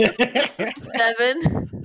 Seven